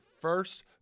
first